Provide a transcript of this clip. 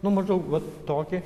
nu maždaug vat tokį